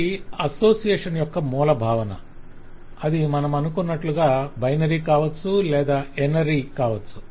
ఇది అసోసియేషన్ యొక్క మూల భావన అది మనమనుకున్నట్లుగా బైనరీ కావచ్చు లేదా ఎన్ ఆరీ కావచ్చు